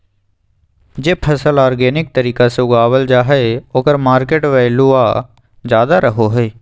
जे फसल ऑर्गेनिक तरीका से उगावल जा हइ ओकर मार्केट वैल्यूआ ज्यादा रहो हइ